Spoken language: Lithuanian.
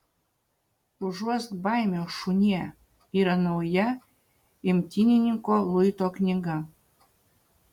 užuosk baimę šunie yra nauja imtynininko luito knyga